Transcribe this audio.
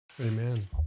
Amen